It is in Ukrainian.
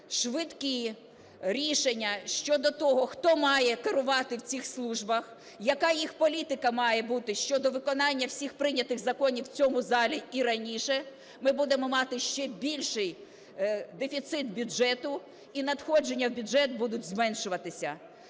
швидкі рішення щодо того, хто має керувати в цих службах, яка їх політика має бути щодо виконання всіх прийнятих законів в цьому залі і раніше, ми будемо мати ще більший дефіцит бюджету і надходження в бюджет будуть зменшуватися.